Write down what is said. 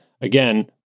again